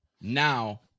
now